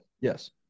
Yes